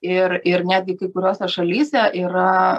ir ir netgi kai kuriose šalyse yra